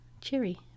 Cheery